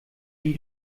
die